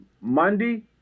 Monday